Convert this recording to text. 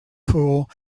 pool